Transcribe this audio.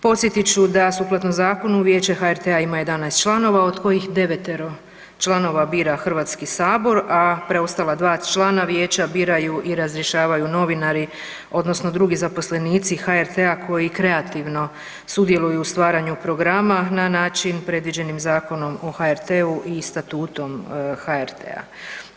Podsjetit ću da sukladno zakonu vijeće HRT-a ima 11 članova od kojih 9-tero članova bira Hrvatski sabor, a preostala 2 člana vijeća biraju i razrješavaju novinari odnosno drugi zaposlenici HRT-a koji kreativno sudjeluju u stvaranju programa na način predviđenim Zakonom o HRT-u i Statutom HRT-a.